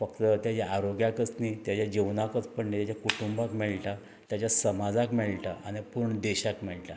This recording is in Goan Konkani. फक्त तेज्या आरोग्याकच न्ही तेज्या जिवनाकच पण णी तेज्या कुटुंबाक मेळटा तेज्या समाजाक मेळटा आनी पुर्ण देशाक मेळटा